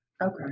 okay